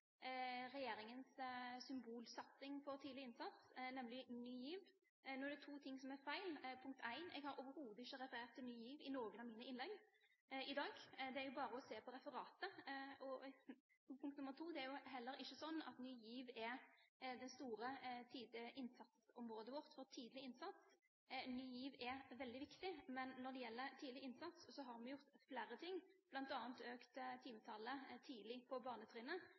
regjeringens symbolsatsing på tidlig innsats, nemlig Ny GIV. Her er det to ting som er feil: Punkt 1: Jeg har overhodet ikke referert til Ny GIV i noen av mine innlegg i dag. Det er bare å se på referatet. Punkt 2: Det er heller ikke sånn at Ny GIV er det store innsatsområdet vårt for tidlig innsats. Ny GIV er veldig viktig, men når det gjelder tidlig innsats, har vi gjort flere ting, bl.a. økt timetallet tidlig på barnetrinnet.